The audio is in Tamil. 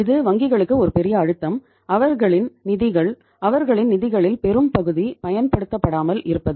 இது வங்கிகளுக்கு ஒரு பெரிய அழுத்தம் அவர்களின் நிதிகள் அவர்களின் நிதிகளில் பெரும் பகுதி பயன்படுத்தப்படாமல் இருப்பது